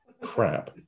crap